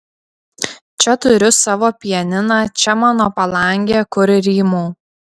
čia turiu savo pianiną čia mano palangė kur rymau